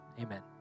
amen